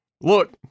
Look